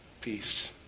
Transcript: peace